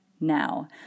Now